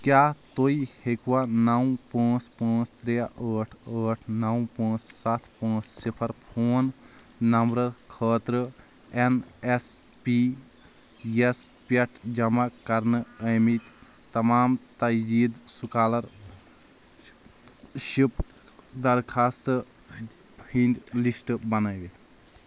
کیٛاہ تُہۍ ہیٚکوا نو پانٛژھ پانٛژھ ترٛےٚ ٲٹھ ٲٹھ نو پانژھ سَتھ پانٛژھ صِفر فون نمبرٕ خٲطرٕ این ایس پی یَس پٮ۪ٹھ جمع کرنہٕ آمٕتۍ تمام تجدیٖد سُکالرشِپ درخواستہٕ ہُنٛد لسٹ بنٲوِتھ